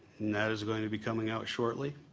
that is going to be coming out shortly.